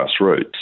grassroots